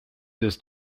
this